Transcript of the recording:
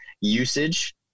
usage